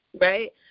right